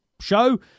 show